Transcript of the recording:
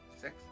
Six